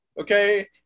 Okay